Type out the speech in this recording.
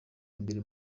imbere